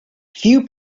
few